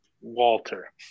Walter